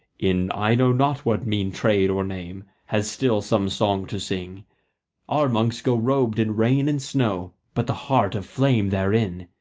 in i know not what mean trade or name, has still some song to sing our monks go robed in rain and snow, but the heart of flame therein,